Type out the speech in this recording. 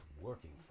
working